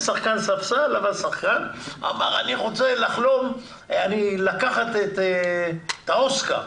שחקן ספסל, שאמר: אני חולם לקחת את האוסקר.